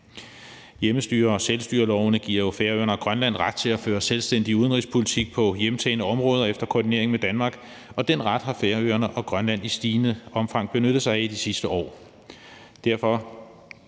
Hjemmestyre- og selvstyrelovene giver jo Færøerne og Grønland ret til at føre selvstændig udenrigspolitik på hjemtagne områder efter koordinering med Danmark, og den ret har Færøerne og Grønland i stigende omfang benyttet sig af de sidste år.